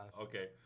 okay